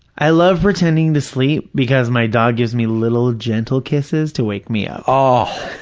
i love pretending to sleep because my dog gives me little gentle kisses to wake me up. oh,